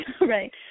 right